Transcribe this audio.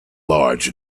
large